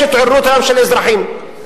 יש התארגנות של אזרחים,